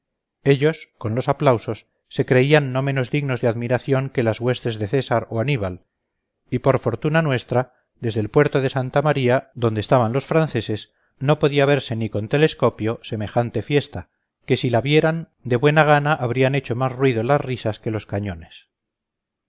ellos con los aplausos se creían no menos dignos de admiración que las huestes de césar o aníbal y por fortuna nuestra desde el puerto de santa maría donde estaban los franceses no podía verse ni con telescopio semejante fiesta que si la vieran de buena gana habrían hecho más ruido las risas que los cañones